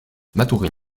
matoury